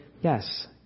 yes